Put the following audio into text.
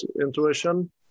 intuition